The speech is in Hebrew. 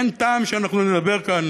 אין טעם שאנחנו נדבר כאן,